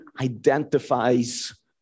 identifies